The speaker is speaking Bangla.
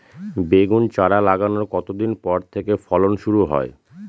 বেগুন চারা লাগানোর কতদিন পর থেকে ফলন শুরু হয়?